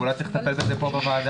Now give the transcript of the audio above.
ואולי צריך לטפל בזה פה בוועדה.